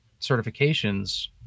certifications